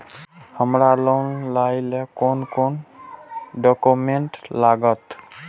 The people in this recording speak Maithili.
हमरा लोन लाइले कोन कोन डॉक्यूमेंट लागत?